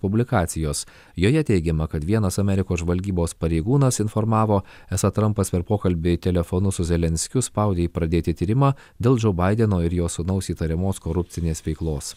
publikacijos joje teigiama kad vienas amerikos žvalgybos pareigūnas informavo esą trampas per pokalbį telefonu su zelenskiu spaudė pradėti tyrimą dėl džo baideno ir jo sūnaus įtariamos korupcinės veiklos